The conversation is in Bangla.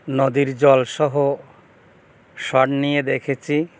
নদীর জলসহ শট নিয়ে দেখেছি